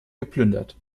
geplündert